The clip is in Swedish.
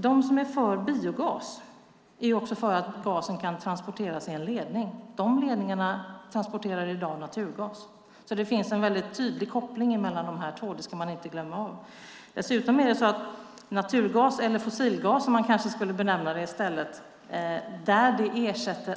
De som är för biogas är också för att gasen kan transporteras i en ledning. De ledningarna transporterar naturgas i dag. Det finns alltså en tydlig koppling mellan dessa två. När naturgas - eller fossilgas, som man kanske skulle benämna det - ersätter